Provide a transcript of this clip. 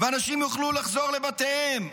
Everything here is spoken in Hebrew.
ואנשים יוכלו לחזור לבתיהם.